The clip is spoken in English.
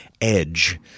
edge